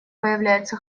появляется